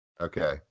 Okay